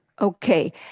Okay